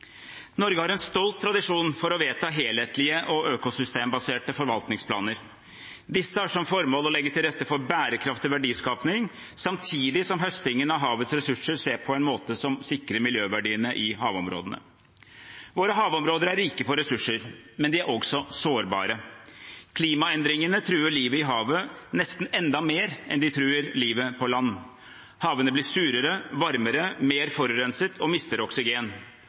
Norge har en stolt tradisjon for å vedta helhetlige og økosystembaserte forvaltningsplaner. Disse har som formål å legge til rette for bærekraftig verdiskaping, samtidig som høstingen av havets ressurser skjer på en måte som sikrer miljøverdiene i havområdene. Våre havområder er rike på ressurser, men de er også sårbare. Klimaendringene truer livet i havet – nesten enda mer enn de truer livet på land. Havene blir surere, varmere og mer forurenset, og